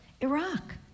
Iraq